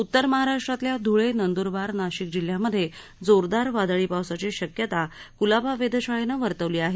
उत्तर महाराष्ट्रातल्या ध्ळे नंदूरबार नाशिक जिल्ह्यांमध्ये जोरदार वादळी पावसाची शक्यता क्लाबा वेधशाळेनं वर्तवली आहे